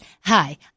Hi